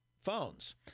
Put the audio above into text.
phones